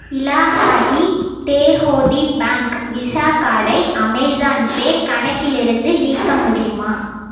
இலாஹாஹி தேஹோதி bank visa கார்டை Amazon Pay கணக்கிலிருந்து நீக்க முடியுமா